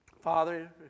Father